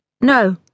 No